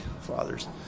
fathers